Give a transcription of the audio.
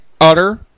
utter